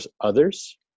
others